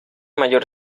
mayor